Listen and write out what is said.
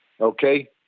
okay